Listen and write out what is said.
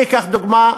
אני אקח לדוגמה,